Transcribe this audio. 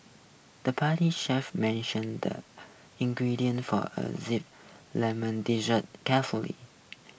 the pastry chef measured the ingredients for a Zesty Lemon Dessert carefully